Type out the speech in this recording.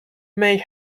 may